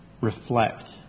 reflect